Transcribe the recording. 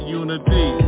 unity